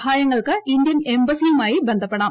സഹായങ്ങൾക്ക് Indian എംബസിയുമായി ബന്ധപ്പെടാം